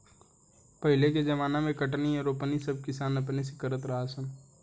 पहिले के ज़माना मे कटनी आ रोपनी सब किसान अपने से करत रहा सन